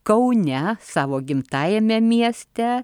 kaune savo gimtajame mieste